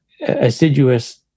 assiduous